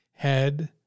head